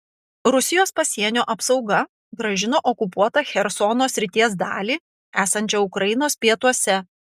rusijos pasienio apsauga grąžino okupuotą chersono srities dalį esančią ukrainos pietuose